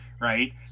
right